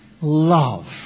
love